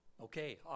Okay